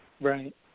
Right